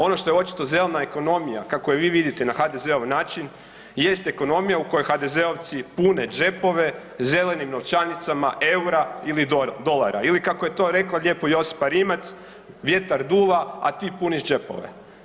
Ono što je očito zelena ekonomija, kako je vi vidite na HDZ-ov način, jest ekonomija u kojoj HDZ-ovci pune džepove zelenim novčanicama EUR-a ili dolara, ili kako je to rekla lijepo Josipa Rimac „vjetar duva, a ti puniš džepove“